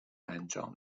انجام